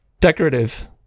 decorative